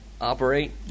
operate